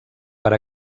per